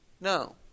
no